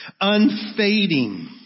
Unfading